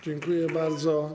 Dziękuję bardzo.